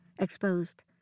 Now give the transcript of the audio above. Exposed